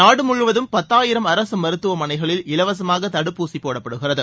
நாடு முழுவதும் பத்தாயிரம் அரசு மருத்துவமனைகளில் இலவசமாக இத்தடுப்பூசி போடப்படுகிறது